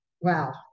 Wow